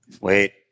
Wait